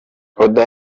oda